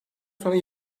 sonra